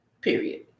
Period